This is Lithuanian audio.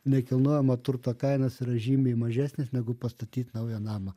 nekilnojamo turto kainos yra žymiai mažesnės negu pastatyt naują namą